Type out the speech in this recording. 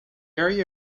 area